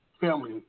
family